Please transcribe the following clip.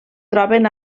troben